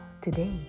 today